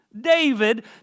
David